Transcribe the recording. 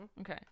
okay